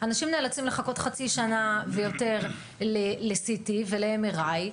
אנשים נאלצים לחכות חצי שנה ויותר ל-CT ול-MRI.